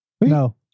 No